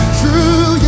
true